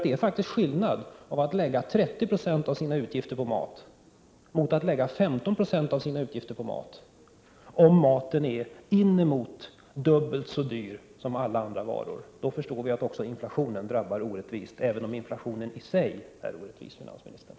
Det är ju skillnad på att lägga 30 26 av sina utgifter på mat mot att bara lägga 15 96 av utgifterna på mat. Om maten är inemot dubbelt så dyr som alla andra varor förstår vi att också inflationen drabbar orättvist, även om inflationen i sig är orättvis, finansministern.